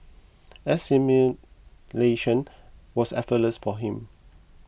assimilation was effortless for him